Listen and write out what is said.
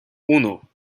uno